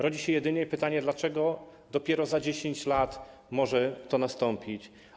Rodzi się jedynie pytanie, dlaczego dopiero za 10 lat może to nastąpić.